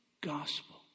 gospel